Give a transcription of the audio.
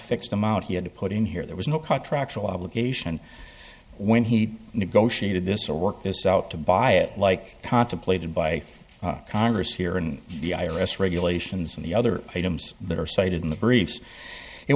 fixed amount he had to put in here there was no contract to obligation when he negotiated this or work this out to buy it like contemplated by congress here and the i r s regulations and the other items that are cited in the briefs it